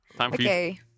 Okay